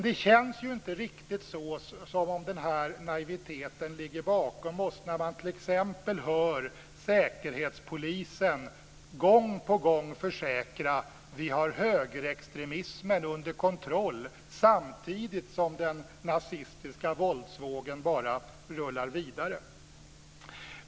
Det känns inte riktigt som om naiviteten ligger bakom oss, när man t.ex. hör Säkerhetspolisen gång på gång försäkra att de har högerextremismen under kontroll, samtidigt som den nazistiska våldsvågen bara rullar vidare.